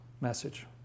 message